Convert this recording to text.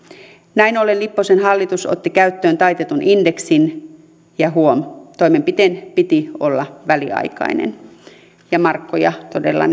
näin ollen lipposen hallitus otti käyttöön taitetun indeksin ja huom toimenpiteen piti olla väliaikainen ja markka se rahayksikkö todella